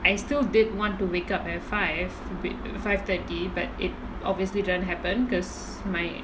I still did want to wake up at five five thirty but it obviously didn't happen because my